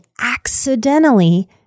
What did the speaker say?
accidentally